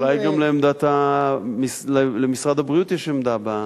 אולי גם למשרד הבריאות יש עמדה?